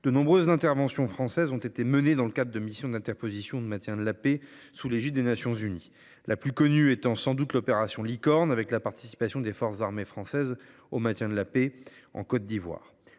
de nombreuses interventions françaises ont été menées dans le cadre de missions d’interposition ou de maintien de la paix sous l’égide des Nations unies. La plus connue est sans doute l’opération Licorne, avec la participation des forces armées françaises au maintien de la paix en Côte d’Ivoire.